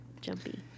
jumpy